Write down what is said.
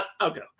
Okay